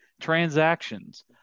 transactions